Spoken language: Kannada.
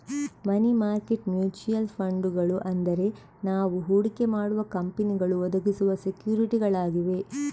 ಮನಿ ಮಾರ್ಕೆಟ್ ಮ್ಯೂಚುಯಲ್ ಫಂಡುಗಳು ಅಂದ್ರೆ ನಾವು ಹೂಡಿಕೆ ಮಾಡುವ ಕಂಪನಿಗಳು ಒದಗಿಸುವ ಸೆಕ್ಯೂರಿಟಿಗಳಾಗಿವೆ